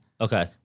Okay